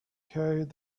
carried